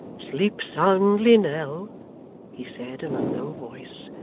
sleep soundly, nell he said in a low voice,